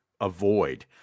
avoid